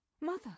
Mother